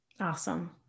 Awesome